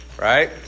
right